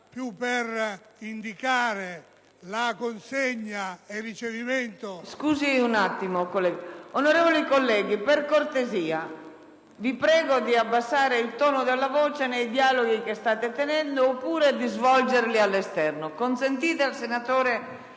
scusi, senatore. Onorevoli colleghi, per cortesia, vi prego di abbassare il tono della voce nei dialoghi che state intrattenendo oppure di svolgerli all'esterno. Consentite al senatore